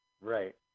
Right